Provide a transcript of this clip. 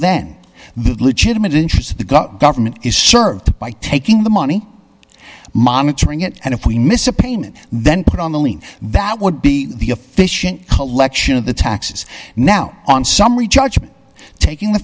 then the legitimate interest of the got government is served by taking the money monitoring it and if we miss a payment then put on the lien that would be the official collection of the taxes now on summary judgment taking the